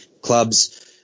clubs